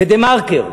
ב"דה-מרקר"